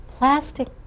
Plastic